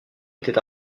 était